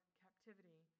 captivity